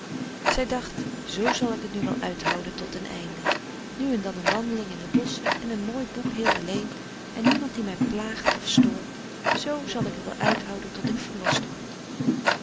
zij dacht zoo zal ik het nu wel uithouden tot den einde nu en dan een wandeling in de bosschen en een mooi boek heel alleen en niemand die mij plaagt of stoort zoo zal ik het wel uithouden tot ik verlost word